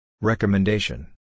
Recommendation